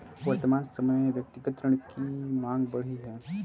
वर्तमान समय में व्यक्तिगत ऋण की माँग बढ़ी है